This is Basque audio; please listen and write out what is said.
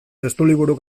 testuliburu